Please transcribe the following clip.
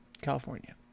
California